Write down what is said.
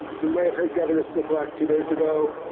you might have heard governor sisolak two days ago